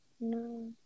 No